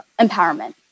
empowerment